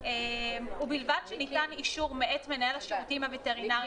ובלבד שניתן אישור מאת מנהל השירותים הווטרינרים